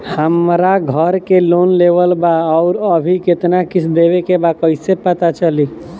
हमरा घर के लोन लेवल बा आउर अभी केतना किश्त देवे के बा कैसे पता चली?